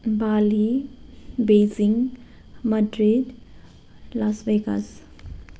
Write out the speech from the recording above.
Bali Beijing Madrid Las Vegas